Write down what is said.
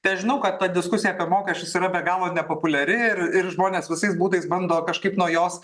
tai aš žinau kad ta diskusija apie mokesčius yra be galo nepopuliari ir ir žmonės visais būdais bando kažkaip nuo jos